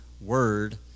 word